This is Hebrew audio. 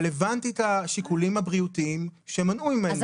אבל הבנתי את השיקולים הבריאותיים שמנעו ממנו,